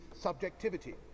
subjectivity